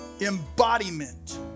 embodiment